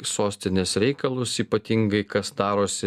sostinės reikalus ypatingai kas darosi